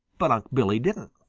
but unc' billy didn't.